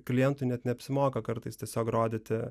klientui net neapsimoka kartais tiesiog rodyti